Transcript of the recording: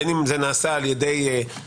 בין אם זה נעשה על ידי פרסום,